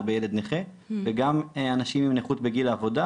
בילד נכה וגם אנשים עם נכות בגיל העבודה,